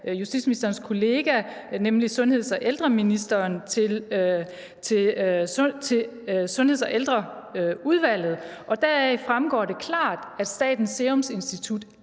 justitsministerens kollega, nemlig sundheds- og ældreministeren, til Sundheds- og Ældreudvalget, og deraf fremgår det klart, at Statens Serum Institut